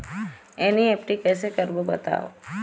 NEFT कैसे करबो बताव?